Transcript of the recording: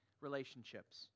relationships